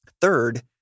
Third